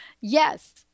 Yes